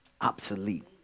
obsolete